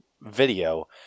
video